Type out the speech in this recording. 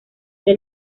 que